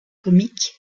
comique